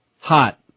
Hot